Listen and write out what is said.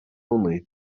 only